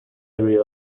area